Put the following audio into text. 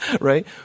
Right